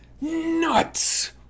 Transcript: nuts